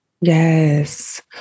Yes